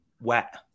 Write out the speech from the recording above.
wet